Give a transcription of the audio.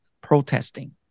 protesting